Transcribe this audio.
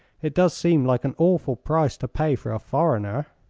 it does seem like an awful price to pay for a foreigner.